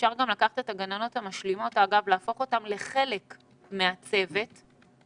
אפשר להפוך אותן לצוות קבוע,